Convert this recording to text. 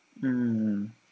mm